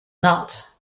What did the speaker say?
not